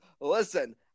listen